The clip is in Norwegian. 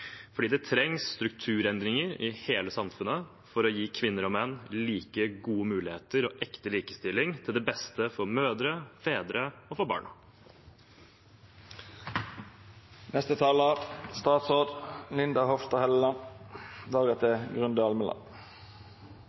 fordi det trengs strukturendringer i hele samfunnet for å gi kvinner og menn like gode muligheter og ekte likestilling til det beste for mødre, fedre og barna.